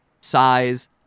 size